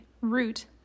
root